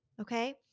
okay